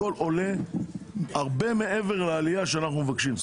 הכול עולה הרבה מעבר לעלייה שאנחנו מבקשים.